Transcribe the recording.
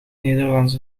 nederlands